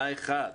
הראשון,